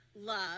love